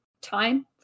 time